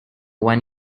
one